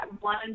one